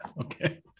Okay